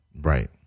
Right